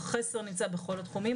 החסר נמצא בכל התחומים,